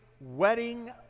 wedding